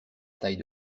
taille